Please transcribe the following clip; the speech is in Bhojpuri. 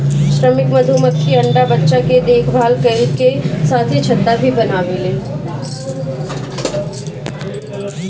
श्रमिक मधुमक्खी अंडा बच्चा के देखभाल कईला के साथे छत्ता भी बनावेले